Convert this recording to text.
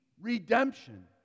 redemption